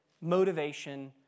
motivation